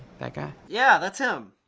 that guy? yeah, that's him.